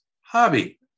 hobby